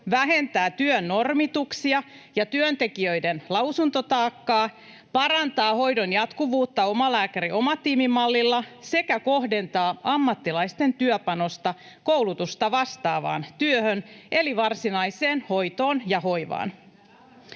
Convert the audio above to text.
vähentää työn normituksia ja työntekijöiden lausuntotaakkaa, parantaa hoidon jatkuvuutta omalääkäri-, omatiimimallilla sekä kohdentaa ammattilaisten työpanosta koulutusta vastaavaan työhön eli varsinaiseen hoitoon ja hoivaan.